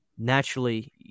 naturally